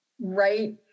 right